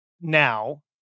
now